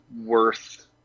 worth